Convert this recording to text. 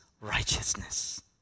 righteousness